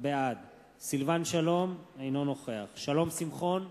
בעד סילבן שלום, אינו נוכח שלום שמחון,